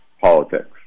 politics